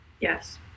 Yes